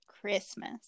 Christmas